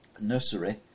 nursery